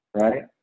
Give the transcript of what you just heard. right